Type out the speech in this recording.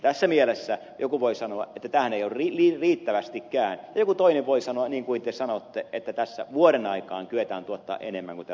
tässä mielessä joku voi sanoa että tämähän ei ole riittävästikään ja joku toinen voi sanoa niin kuin te sanotte että tässä vuoden aikaan kyetään tuottamaan enemmän kuin täällä kulutetaan